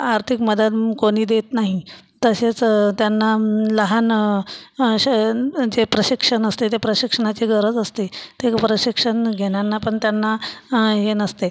आर्थिक मदत कोनी देत नाही तशेच त्यांना लहानं शं जे प्रशिक्षन असते ते प्रशिक्षनाची गरज असते ते प्रशिक्षन घेण्यांनापन त्यांना हे नसते